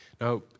Now